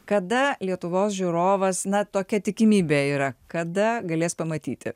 kada lietuvos žiūrovas na tokia tikimybė yra kada galės pamatyti